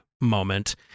moment